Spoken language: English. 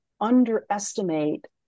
underestimate